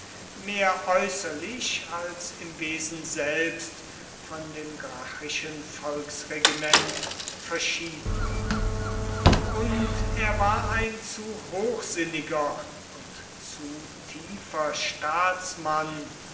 mehr äußerlich als im wesen selbst von dem gracchischen volksregiment verschieden und er war ein zu hochsinniger und zu tiefer staatsmann